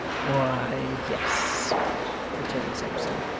why, yes returned sampson,